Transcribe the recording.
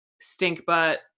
stink-butt